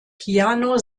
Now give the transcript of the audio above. piano